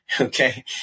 Okay